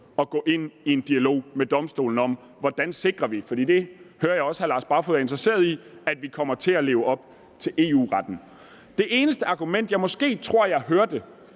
at gå ind i en dialog med Domstolen om, hvordan vi sikrer det, for jeg hører også, at hr. Lars Barfoed er interesseret i, at vi kommer til at leve op til EU-retten. Det eneste argument, jeg måske tror at jeg hørte